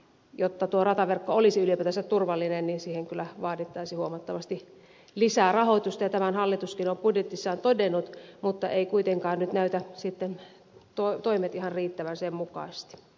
jotta tuo rataverkko olisi ylipäätänsä turvallinen niin siihen kyllä vaadittaisiin huomattavasti lisää rahoitusta ja tämän hallituskin on budjetissaan todennut mutta eivät kuitenkaan nyt näytä sitten toimet ihan riittävän sen mukaisesti